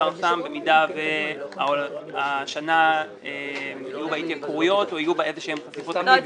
האוצר שם במידה ויהיו השנה התייקרויות או יהיו איזשהם --- לא,